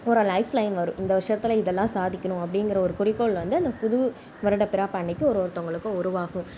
ஒரு life line வரும் இந்த வருஷத்தில் இதெல்லாம் சாதிக்கணும் அப்படிங்குற குறிக்கோள் வந்து அந்த புதுவருடப்பிறப்பு அன்னைக்கு ஒவ்வொருத்தவங்களுக்கும் உருவாகும்